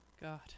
God